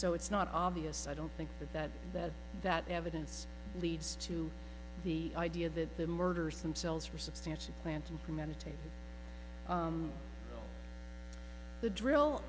so it's not obvious i don't think that that that that evidence leads to the idea that the murders themselves for substantial planting premeditated the drill